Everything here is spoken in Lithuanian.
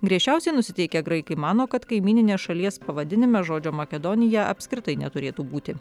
griežčiausiai nusiteikę graikai mano kad kaimyninės šalies pavadinime žodžio makedonija apskritai neturėtų būti